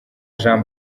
jean